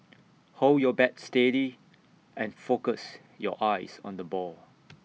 hold your bat steady and focus your eyes on the ball